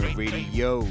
radio